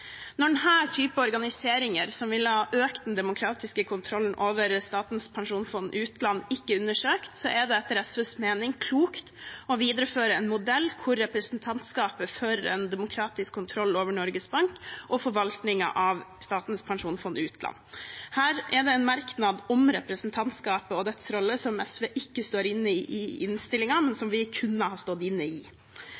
organiseringer – som ville ha økt den demokratiske kontrollen over Statens pensjonsfond utland – ikke er undersøkt, er det etter SVs mening klokt å videreføre en modell der representantskapet fører en demokratisk kontroll over Norges Bank og forvaltningen av Statens pensjonsfond utland. Her er det en merknad om representantskapet og dets rolle, som SV ikke står inne i i innstillingen, men